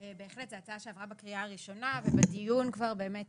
בהחלט זו הצעה שעברה בקריאה הראשונה ובדיון כבר באמת